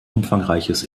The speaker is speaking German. umfangreiches